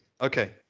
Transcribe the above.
Okay